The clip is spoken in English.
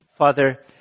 Father